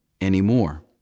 anymore